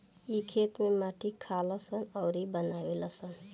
इ खेत में माटी खालऽ सन अउरऊ बनावे लऽ सन